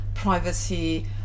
privacy